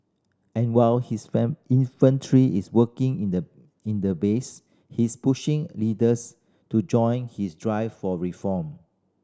and while his infantry is working in the in the base he's pushing leaders to join his drive for reform